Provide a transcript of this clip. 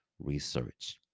research